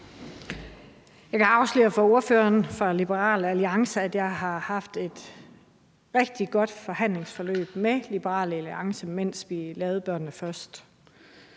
Jeg kan afsløre for ordføreren for Liberal Alliance, at jeg har haft et rigtig godt forhandlingsforløb med Liberal Alliance, mens vi lavede »Børnene Først«.